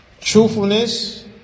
Truthfulness